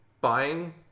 buying